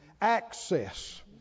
access